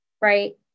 right